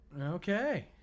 Okay